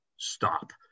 stop